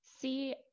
See